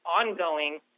ongoing